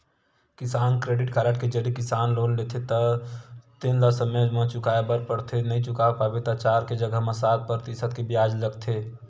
किसान credit card के जरिए किसान लोन लेथे तेन ल समे म चुकाए बर परथे नइ चुका पाबे त चार के जघा म सात परतिसत के बियाज लगथे